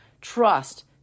trust